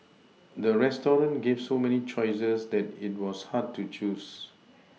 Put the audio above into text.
the restaurant gave so many choices that it was hard to choose